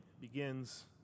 begins